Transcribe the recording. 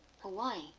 Hawaii